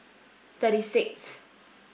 thirty sixth